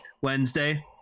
Wednesday